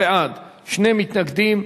14 בעד, שני מתנגדים.